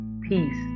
peace